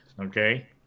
Okay